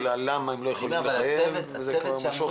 למה הם לא יכולים לחייב, זאת כבר שאלה אחרת.